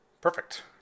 Perfect